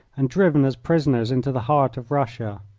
and driven as prisoners into the heart of russia?